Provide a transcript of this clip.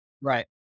Right